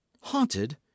haunted